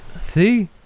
see